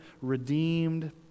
redeemed